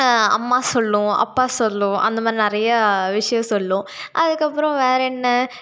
அம்மா சொல்லும் அப்பா சொல்லும் அந்தமாதிரி நிறைய விஷயம் சொல்லும் அதுக்கப்புறம் வேறே என்ன